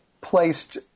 placed